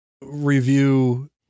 Review